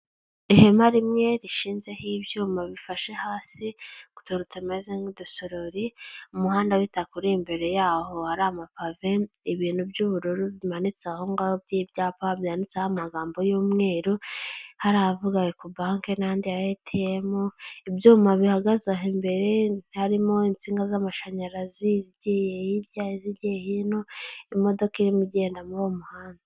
Ihema rimwe rishinzeho ibyuma bifashe hasi, utuntu tumeze nk'udusorori, umuhanda w'itaka uri imbere yaho hari ama pave, ibintu by'ubururu bimanitse aho ngaho by'ibyapa, byanditseho amagambo y'umweru, hari ahavuga Ecobank n'andi ya ATM, ibyuma bihagaze aho imbere, harimo insinga z'amashanyarazi, izigiye hirya, izigiye hino, imodoka irimo igenda muri uwo muhanda.